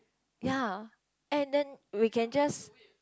ya and then we can just